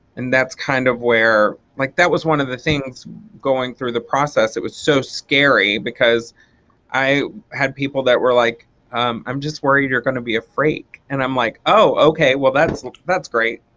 and that's kind of where like that was one of the things going through the process it was so scary because i had people that were like, um i'm just worried you're gonna be a freak. and i'm like, oh okay well that's that's great,